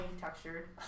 textured